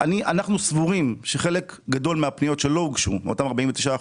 אנחנו סבורים שחלק גדול מהפניות שלא הוגשו מאותם 49%,